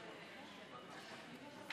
מה,